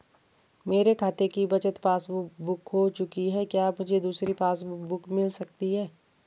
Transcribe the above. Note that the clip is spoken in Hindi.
मेरे खाते की बचत पासबुक बुक खो चुकी है क्या मुझे दूसरी पासबुक बुक मिल सकती है?